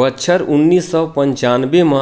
बछर उन्नीस सौ पंचानबे म